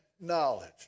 knowledge